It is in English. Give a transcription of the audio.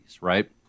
right